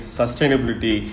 sustainability